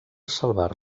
salvar